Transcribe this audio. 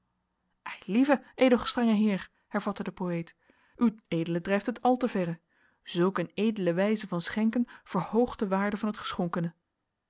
ed gestr heer hervatte de poëet ued drijft het al te verre zulk een edele wijze van schenken verhoogt de waarde van het geschonkene